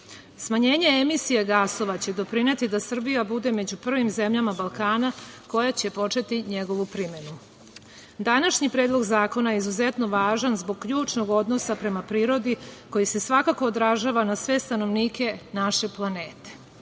zajednici. Smanjenje emisije gasova će doprineti da Srbija bude među prvim zemljama Balkana koja će početi njegovu primenu. Današnji predlog zakona je izuzetno važan zbog ključnog odnosa prema prirodi koji se svakako odražava na sve stanovnike naše planete. Smatram